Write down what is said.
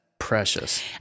Precious